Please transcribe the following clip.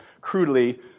crudely